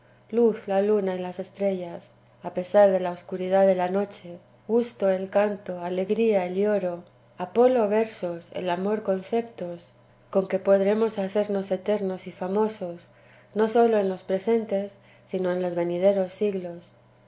luz la luna y las estrellas a pesar de la escuridad de la noche gusto el canto alegría el lloro apolo versos el amor conceptos con que podremos hacernos eternos y famosos no sólo en los presentes sino en los venideros siglos